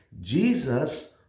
Jesus